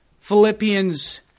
Philippians